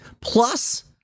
plus